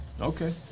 Okay